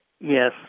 Yes